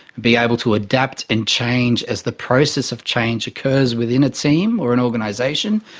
be able to adapt and change as the process of change occurs within a team or an organisation,